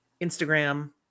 instagram